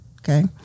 okay